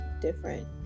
different